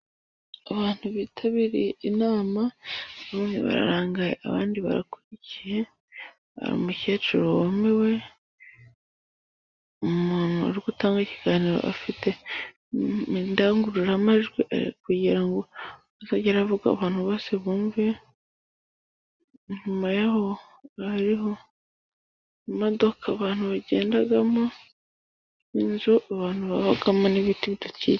Abantu bitabiriye inama, bamwe bararangaye, abandi barakurikiye, hari umukecuru wemewe, umumama uri utanga ikiganiro afite indangururamajwi kugira ngo azajye aravuga abantu bose bumve, inyuma yaho hariho imodoka abantu bagendamo, n'inzu abantu babamo n'ibiti bidakitse.